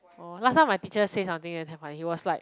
orh last time my teacher say something and damn funny it was like